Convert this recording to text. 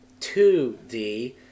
2D